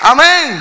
Amen